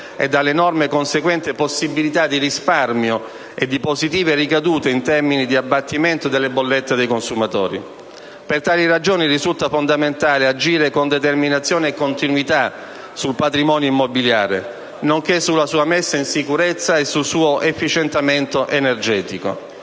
e dall'enorme conseguente possibilità di risparmio di positive ricadute in termini di abbattimento delle bollette dei consumatori. Per tali ragioni risulta fondamentale agire con determinazione e continuità sul patrimonio immobiliare, nonché sulla sua messa in sicurezza e sul suo efficientamento energetico.